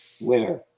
Winner